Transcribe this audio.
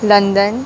London